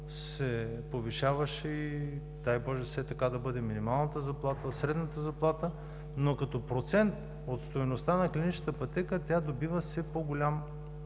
се повишаваше, дай Боже все така да бъде, минималната заплата, средната заплата, но като процент от стойността на клиничната пътека – тя добива все по-голям